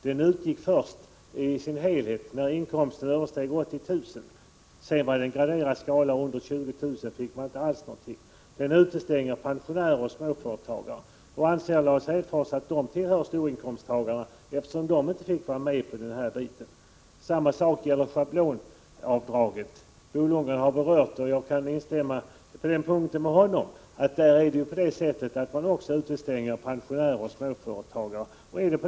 Den utgick först i sin helhet när inkomsten översteg 80 000 kr. Sedan var det en graderad skala och under 20 000 kr. fick man ingenting. Den utestängde pensionärer och småföretagare. Anser Lars Hedfors att de tillhör storinkomsttagarna, eftersom de inte fick ta del av denna förmån? Samma sak gäller schablonavdraget. Bo Lundgren har berört det och jag kan instämma med honom på den punkten. Där utestänger man också pensionärer och småföretagare.